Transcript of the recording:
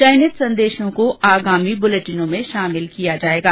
चयनित संदेशों को आगामी बुलेटिनों में शामिल किया जाएगा